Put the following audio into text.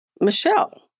Michelle